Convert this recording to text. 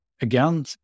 again